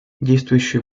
действующий